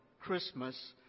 Christmas